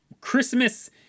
Christmas